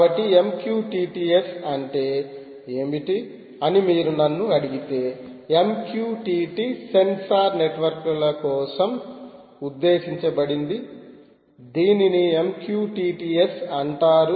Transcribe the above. కాబట్టి MQTT S అంటే ఏమిటి అని మీరు నన్ను అడిగితే MQTT సెన్సార్ నెట్వర్క్ల కోసం ఉద్దేశించబడింది దీనిని MQTT S అంటారు